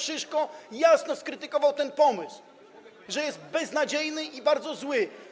Szyszko jasno skrytykował ten pomysł, że jest beznadziejny i bardzo zły.